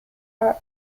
are